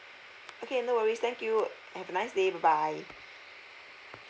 okay no worries thank you have a nice day bye bye